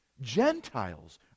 Gentiles